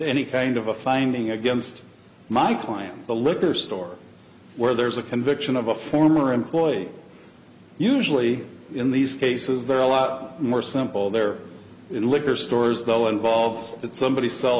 any kind of a finding against my client the liquor store where there's a conviction of a former employee usually in these cases there are a lot more simple their liquor stores though involved that somebody